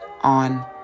on